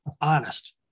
honest